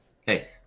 Hey